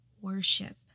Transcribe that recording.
worship